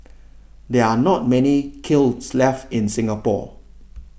there are not many kilns left in Singapore